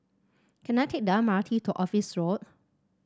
can I take the M R T to Office Road